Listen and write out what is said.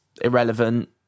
irrelevant